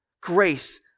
grace